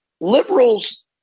Liberals